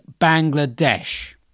Bangladesh